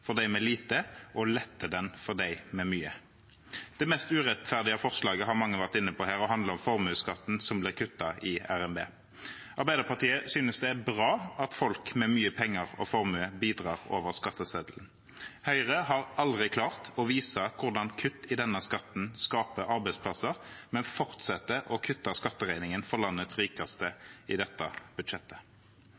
for dem med lite, og letter den for dem med mye. Det mest urettferdige forslaget har mange vært inne på her og handler om formuesskatten som ble kuttet i revidert nasjonalbudsjett. Arbeiderpartiet synes det er bra at folk med mye penger og formue bidrar over skatteseddelen. Høyre har aldri klart å vise hvordan kutt i denne skatten skaper arbeidsplasser, men fortsetter å kutte skatteregningen for landets rikeste